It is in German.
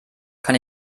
kann